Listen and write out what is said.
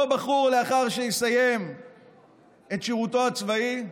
אותו בחור, לאחר שיסיים את שירותו הצבאי,